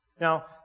Now